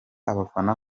abafana